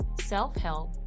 self-help